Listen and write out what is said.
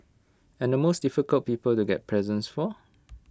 and the most difficult people to get presents for